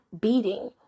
beating